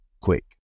quick